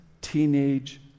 teenage